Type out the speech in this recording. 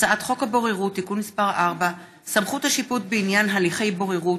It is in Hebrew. הצעת חוק הבוררות (תיקון מס' 4) (סמכות השיפוט בעניין הליכי בוררות),